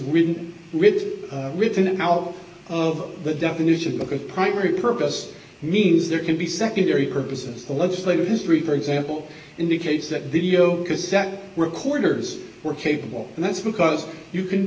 written with written out of the definition of a good primary purpose means there can be secondary purposes the legislative history for example indicates that video cassette recorders were capable and that's because you can